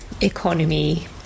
Economy